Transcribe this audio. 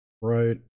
Right